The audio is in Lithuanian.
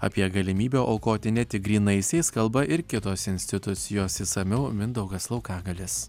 apie galimybę aukoti ne tik grynaisiais kalba ir kitos institucijos išsamiau mindaugas laukagalis